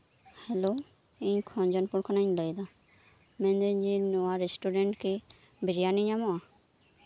hello ᱤᱧ ᱠᱷᱚᱧᱡᱚᱱᱯᱩᱨ ᱠᱷᱚᱱᱟᱜ ᱤᱧ ᱞᱟᱹᱭᱫᱟ ᱢᱮᱱᱫᱟᱹᱧ ᱡᱮ ᱱᱚᱶᱟ ᱨᱮᱥᱴᱩᱨᱮᱱᱴ ᱨᱮᱠᱤ ᱵᱤᱨᱭᱟᱱᱤ ᱧᱟᱢᱚᱜᱼᱟ